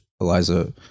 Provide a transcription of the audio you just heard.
Eliza